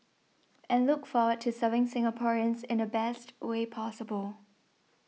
and look forward to serving Singaporeans in the best way possible